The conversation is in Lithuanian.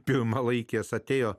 pirma laikėsi atėjo